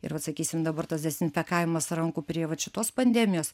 ir vat sakysim dabar tas dezinfekavimas rankų prie vat šitos pandemijos